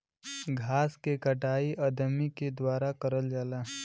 घास के कटाई अदमी के द्वारा करल जाला